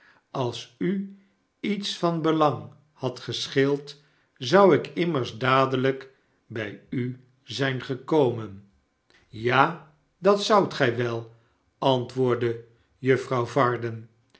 als u iets van belang had gescheeld zou ik immers dadelijk bij u zijn gekomen ja dat zoudt gij wel antwoordde juffrouw varden